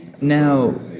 Now